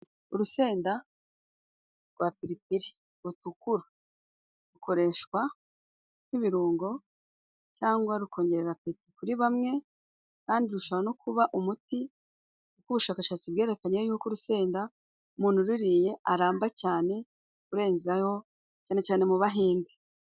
Urusenda rwa piripiri rutukura rukoreshwa nk'ibirungo cyangwa rukongerera apeti kuri bamwe kandi rushobora no kuba umuti kuko ubushakashatsi bwerekanye yuko urusenda umuntu ururiye aramba cyane kurenzaho cyane cyane mu Bahinde.